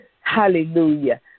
Hallelujah